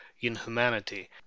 inhumanity